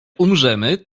umrzemy